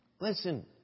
Listen